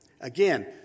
Again